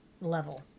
level